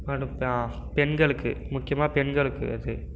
அடுத்து பெண்களுக்கு முக்கியமாக பெண்களுக்கு அது